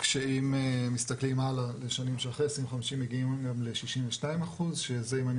כשאם מסתכלים הלאה בשנים שאחרי 2050 מגיעים גם ל-62% שזה אם אני